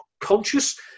conscious